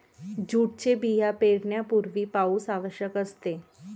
जूटचे बिया पेरण्यापूर्वी पाऊस आवश्यक असते